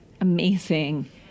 amazing